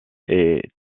est